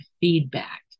feedback